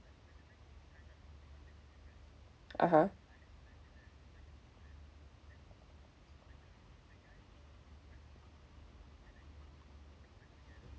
(uh huh)